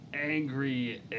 angry